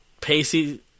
Pacey